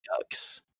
Ducks